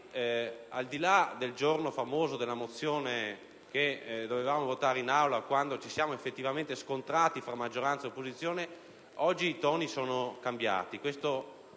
dal giorno famoso della mozione che dovevamo votare in Aula, quando ci siamo scontrati tra maggioranza e opposizione, oggi i toni sono cambiati.